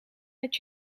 met